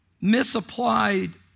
misapplied